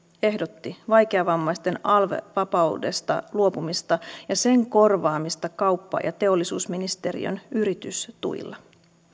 ehdotti vaikeavammaisten alv vapaudesta luopumista ja sen korvaamista kauppa ja teollisuusministeriön yritystuilla